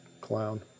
clown